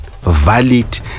valid